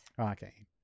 Okay